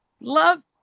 Love